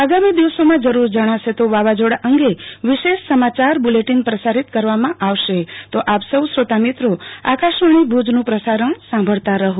આગામો દિવસોમાં જરૂરી જણાશે તો વાવાઝોડા અંગે વિશેષ સમાચાર બુલેટીન પ્રસારીત કરવામાં આવશે તો આપ સૌ શ્રોતામિત્રો આકાશવાણી ભુજનું પ્રસારણ સાંભળતા રહો